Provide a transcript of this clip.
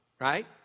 right